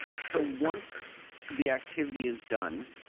so once the activity is done,